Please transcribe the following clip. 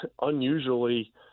unusually